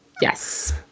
yes